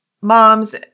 moms